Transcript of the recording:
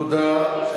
תודה.